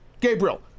Gabriel